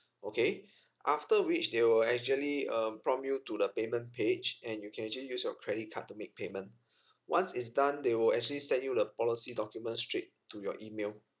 okay after which they will actually um prompt you to the payment page and you can actually use your credit card to make payment once it's done they will actually send you the policy document straight to your email